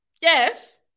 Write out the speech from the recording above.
Yes